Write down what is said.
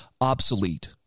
obsolete